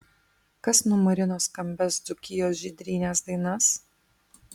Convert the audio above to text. kas numarino skambias dzūkijos žydrynės dainas